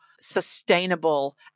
sustainable